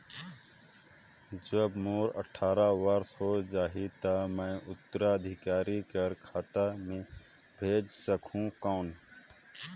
जब मोर अट्ठारह वर्ष हो जाहि ता मैं उत्तराधिकारी कर खाता मे भेज सकहुं कौन?